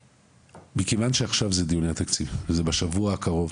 מכיוון שעכשיו זה דיוני התקציב, זה בשבוע הקרוב,